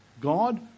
God